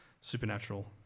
supernatural